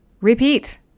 repeat